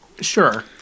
Sure